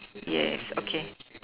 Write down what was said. yes okay